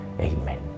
Amen